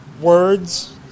words